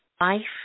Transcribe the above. Life